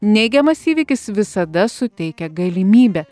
neigiamas įvykis visada suteikia galimybę